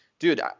Dude